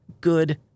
good